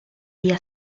día